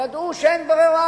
ידעו שאין ברירה,